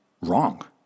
wrong